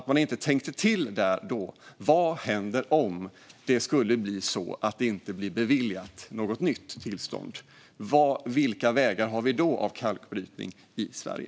Man skulle ha tänkt till där och då om vad som händer om ett nytt tillstånd inte beviljas och vilka vägar vi då har när det gäller kalkbrytning i Sverige.